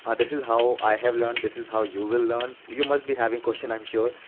and this is how i have learned. this is how you will learn. you must be having question, i'm sure.